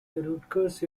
rutgers